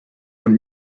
und